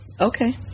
okay